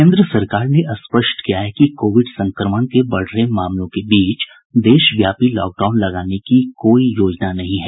केन्द्र सरकार ने स्पष्ट किया है कि कोविड संक्रमण के बढ़ रहे मामलों के बीच देशव्यापी लॉकडाउन लगाने की कोई योजना नहीं है